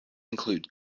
include